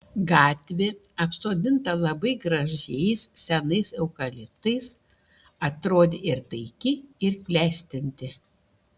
gatvė apsodinta labai gražiais senais eukaliptais atrodė ir taiki ir klestinti